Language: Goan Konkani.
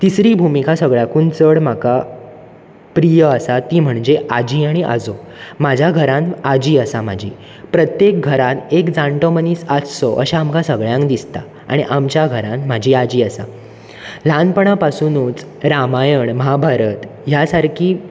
तिसरी भुमिका सगळ्यांकून चड म्हाका प्रिय आसा ती म्हणजे आजी आनी आजो म्हाज्या घरांत आजी आसा म्हाजी प्रत्येक घरांत एक जाण्टो मनीस आसचो अशें आमकां सगळ्यांक दिसता आनी आमच्या घरांत म्हजी आजी आसा ल्हानपणा पासुनूच रामायण महाभारत ह्या सारकी